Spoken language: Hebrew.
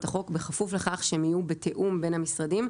החוק בכפוף לכך שהם יהיו בתיאום בין המשרדים,